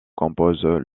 composent